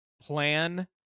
plan